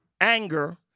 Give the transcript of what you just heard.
anger